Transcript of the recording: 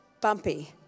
bumpy